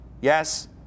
Yes